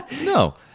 No